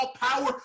power